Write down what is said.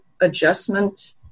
adjustment